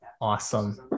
awesome